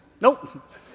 nope